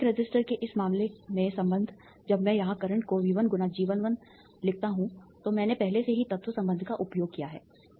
एक रेसिस्टर के इस मामले में संबंध जब मैं यहां करंट को V1 × G11 लिखता हूं तो मैंने पहले से ही तत्व संबंध का उपयोग किया है